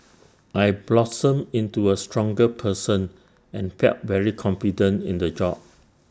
I blossomed into A stronger person and felt very confident in the job